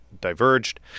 diverged